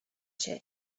cię